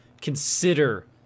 consider